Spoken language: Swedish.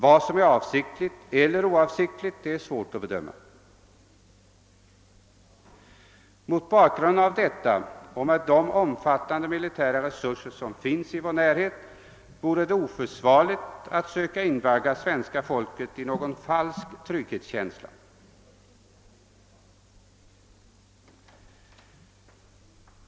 Vad som är avsiktligt eller oavsiktligt är svårt att bedöma. Mot bakgrunden av vad jag ovan sagt och med de omfattande militära resurser som finns i vår närhet vore det oförsvarligt att försöka invagga svenska folket i någon falsk trygghetskänsla.